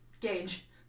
gauge